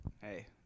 Hey